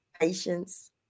patience